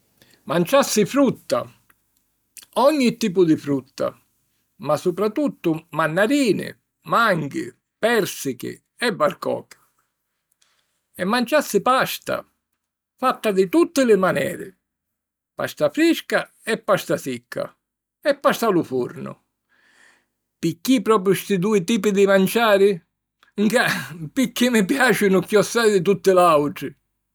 Manciassi frutta, ogni tipu di frutta ma supratuttu mannarini, manghi, pèrsichi e varcochi. E manciassi pasta, fatta di tutti li maneri; pasta frisca e pasta sicca; e pasta a lu furnu. Picchì propiu sti dui tipi di manciari? 'Nca... picchì mi piàcinu chiossai di tutti l'àutri!